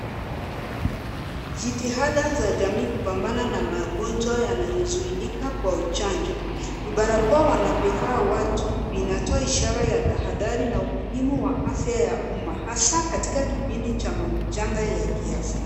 Jitihada za jamii kupambana na magonjwa yanayozuilika kwa chanjo, vibarakoa wanavyovaa watu vinatoa ishara ya tahadhari na umuhimu wa afya ya umma hasaa katika kipindi cha majanga ya kiafya.